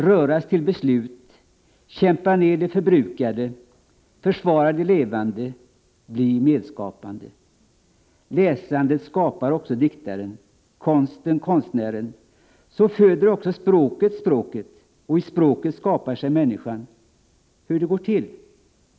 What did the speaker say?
Röras till beslut kämpa ned det förbrukade försvara det levande Bli medskapande — läsandet skapar också diktaren konsten konstnären så föder också språket språket och i språket skapar sig människan Hur det går till?